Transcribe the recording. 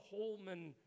Holman